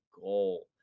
goal